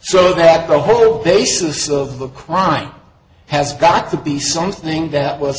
so that the whole basis of the crime has got to be something that was